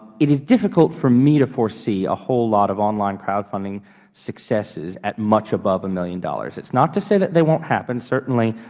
it's difficult for me to foresee a whole lot of online crowdfunding successes at much above one million dollars. it's not to say that they won't happen. certainly,